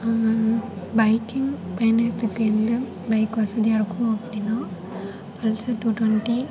biking பயணத்திற்கு எந்த bike வசதியாக இருக்கும் அப்படின்னா பல்சர் டூ டுவண்ட்டி